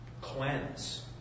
cleanse